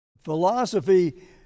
philosophy